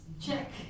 check